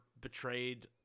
betrayed